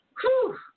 Whew